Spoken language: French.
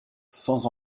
sans